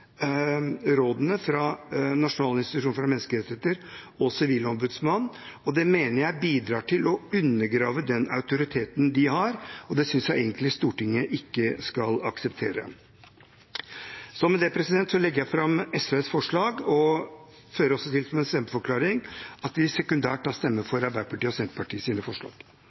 rådene fra Norges institusjon for menneskerettigheter og Sivilombudsmannen, og det mener jeg bidrar til å undergrave den autoriteten de har. Det synes jeg egentlig Stortinget ikke skal akseptere. Med dette legger jeg fram SVs forslag, og jeg føyer også til som en stemmeforklaring at vi sekundært stemmer for Arbeiderpartiet og Senterpartiets forslag.